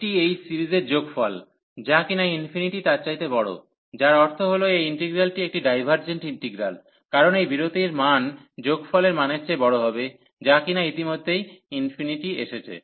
এটি এই সিরিজের এই যোগফল যা কিনা তার চাইতে বড় যার অর্থ হল এই ইন্টিগ্রালটি একটি ডাইভার্জেন্ট ইন্টিটিগ্রাল কারণ এই বিরতির মান যোগফলের মানের চেয়ে বড় হবে যা কিনা ইতিমধ্যেই ∞ এসেছে